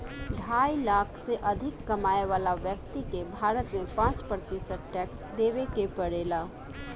ढाई लाख से अधिक कमाए वाला व्यक्ति के भारत में पाँच प्रतिशत टैक्स देवे के पड़ेला